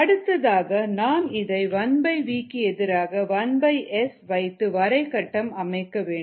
அடுத்ததாக நாம் இதை 1v க்கு எதிராக 1S வைத்து வரை கட்டம் அமைக்க வேண்டும்